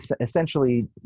essentially